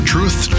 Truth